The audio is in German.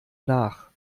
nach